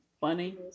Funny